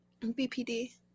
bpd